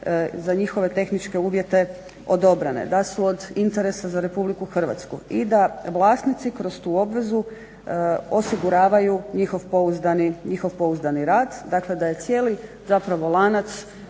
za njihove tehničke uvjete odobrene, da su od interesa za Republiku Hrvatsku i da vlasnici kroz tu obvezu osiguravaju njihov pouzdani rad. Dakle, da je cijeli zapravo lanac